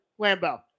Lambeau